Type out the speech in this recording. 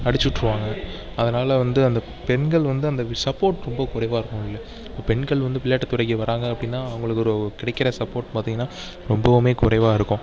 அடித்து விட்ருவாங்க அதனால் வந்து அந்த பெண்கள் வந்து அந்த வி சப்போர்ட் ரொம்ப குறைவாக இருக்கும் உள்ளே இப்போ பெண்கள் வந்து விளையாட்டுத்துறைக்கு வராங்க அப்படின்னா அவங்களுக்கு ஒரு கிடைக்கிற சப்போர்ட் பார்த்தீங்கன்னா ரொம்பவுமே குறைவாக இருக்கும்